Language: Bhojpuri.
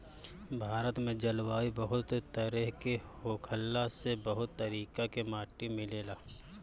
भारत में जलवायु बहुत तरेह के होखला से बहुत तरीका के माटी मिलेला